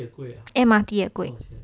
M_R_T 也贵啊